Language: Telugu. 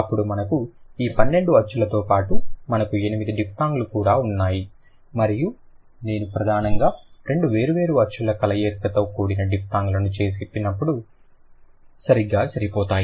అప్పుడు మనకు ఈ 12 అచ్చులతో పాటు మనకు 8 డిఫ్థాంగ్లు కూడా ఉన్నాయి మరియు నేను ప్రధానంగా రెండు వేర్వేరు అచ్చుల కలయికతో కూడిన డిఫ్థాంగ్లను చెప్పినప్పుడు సరిగ్గా సరిపోతాయి